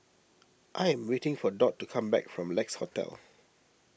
I am waiting for Dot to come back from Lex Hotel